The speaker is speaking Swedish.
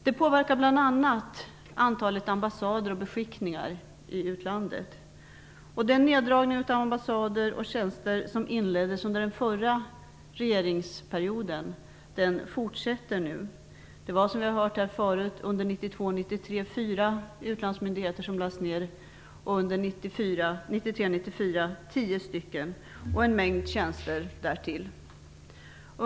Det påverkar bl.a. antalet ambassader och beskickningar i utlandet. Den neddragning av ambassader och tjänster som inleddes under den förra regeringsperioden fortsätter nu. Det var, som vi hörde förut, 4 utlandsmyndigheter som lades ner under 1992 94 lades 10 utlandsmyndigheter ner och en mängd tjänster därtill drogs in.